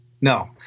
no